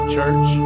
Church